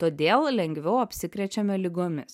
todėl lengviau apsikrečiame ligomis